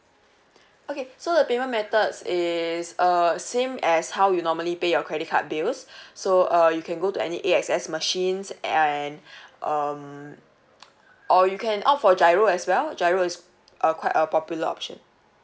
okay so the payment methods is uh same as how you normally pay your credit card bills so uh you can go to any A_X_S machines and um or you can opt for GIRO as well GIRO is a quite a popular option